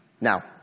Now